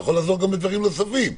הוא יכול לעזור גם בדברים נוספים,